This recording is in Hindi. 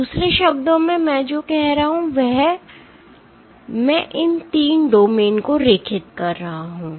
दूसरे शब्दों में मैं जो कह रहा हूं वह मैं इन 3 डोमेन को रेखित कर रहा हूं